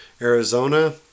Arizona